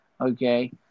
Okay